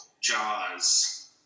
jaws